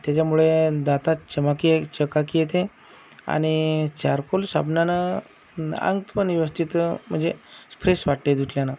त्याच्यामुळे दातात चमकी चकाकी येते आणि चारकोल साबणानं अंग पण व्यवस्थित म्हणजे फ्रेश वाटते धुतल्यानं